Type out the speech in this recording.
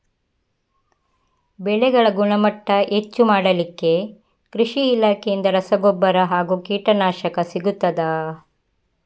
ಬೆಳೆಗಳ ಗುಣಮಟ್ಟ ಹೆಚ್ಚು ಮಾಡಲಿಕ್ಕೆ ಕೃಷಿ ಇಲಾಖೆಯಿಂದ ರಸಗೊಬ್ಬರ ಹಾಗೂ ಕೀಟನಾಶಕ ಸಿಗುತ್ತದಾ?